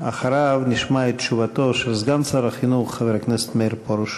אחריו נשמע את תשובתו של סגן שר החינוך חבר הכנסת מאיר פרוש.